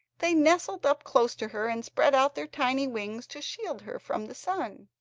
they nestled up close to her and spread out their tiny wings to shield her from the sun.